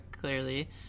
clearly